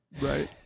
right